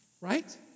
right